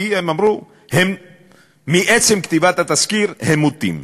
כי הם אמרו שמעצם כתיבת התסקיר הם מוטים.